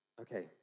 Okay